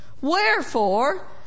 Wherefore